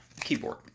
Keyboard